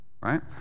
right